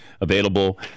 available